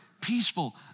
peaceful